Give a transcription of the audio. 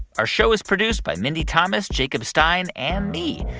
our show is produced by mindy thomas, jacob stein and me.